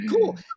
Cool